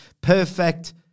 Perfect